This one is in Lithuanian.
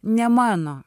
ne mano